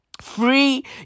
Free